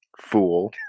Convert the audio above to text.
fool